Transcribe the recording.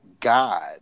God